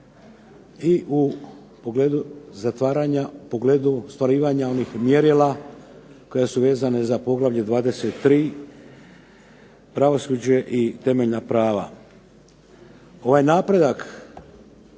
u pogledu ostvarivanja onih mjerila koja su vezana za poglavlje 23. pravosuđa i temeljna prava. Ovaj napredak